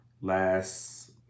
last